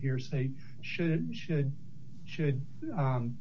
hearsay should should should